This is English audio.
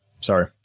Sorry